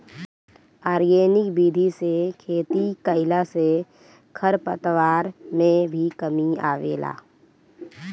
organic विधि से खेती कईला से खरपतवार में भी कमी आवेला